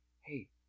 hey